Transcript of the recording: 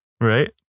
Right